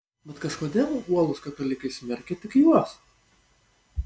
bet kažkodėl uolūs katalikai smerkia tik juos